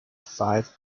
five